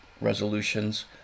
resolutions